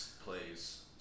plays